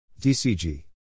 DCG